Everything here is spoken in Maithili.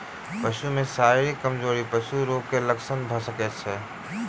पशु में शारीरिक कमजोरी पशु रोगक लक्षण भ सकै छै